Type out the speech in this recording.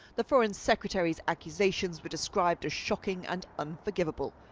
the foreign secretary's accusations were described as shocking and unforgivable.